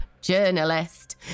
journalist